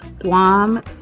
Guam